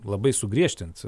labai sugriežtint